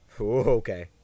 Okay